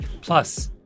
Plus